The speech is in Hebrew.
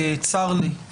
צר לי,